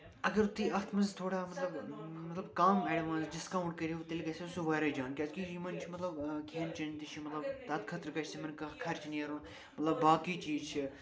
اگر تُہۍ اَتھ منٛز تھوڑا مطلب کم اٮ۪ڈوانَس ڈِسکاوٕنٛٹ کٔرۍہِو تیٚلہِ گژھِ ہا سُہ واریاہ جان کیٛازِکہِ یِمَن چھِ مطلب کھٮ۪ن چٮ۪ن تہِ چھِ مطلب تَتھ خٲطرٕ گژھِ یِمَن کانٛہہ خرچہِ نیرُن مطلب باقٕے چیٖز چھِ